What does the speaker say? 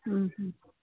ꯎꯝ